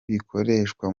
bikoreshwa